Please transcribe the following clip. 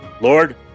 Lord